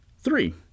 Three